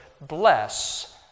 bless